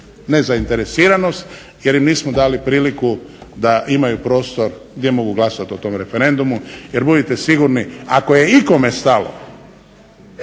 nezainteresiranost, jer im nismo dali priliku da imaju prostor gdje mogu glasovati o tom referendumu. Jer budite sigurni, ako je ikome stalo